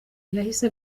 yahise